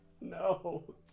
No